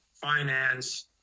finance